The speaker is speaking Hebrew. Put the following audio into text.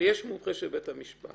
ויש מומחה של בית המשפט.